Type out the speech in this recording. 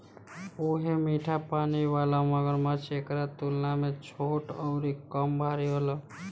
उहे मीठा पानी वाला मगरमच्छ एकरा तुलना में छोट अउरी कम भारी होला